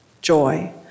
joy